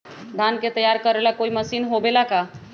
धान के तैयार करेला कोई मशीन होबेला का?